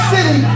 City